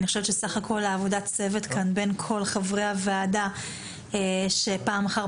אני חושבת שבסך הכול עבודת הצוות כאן בין כל חברי הוועדה שפעם אחר